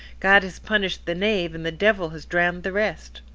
god has punished the knave, and the devil has drowned the rest.